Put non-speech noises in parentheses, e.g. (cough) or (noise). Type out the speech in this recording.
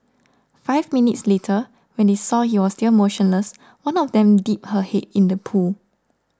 five minutes later when they saw he was still motionless one of them dipped her (unintelligible) in the pool